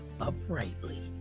uprightly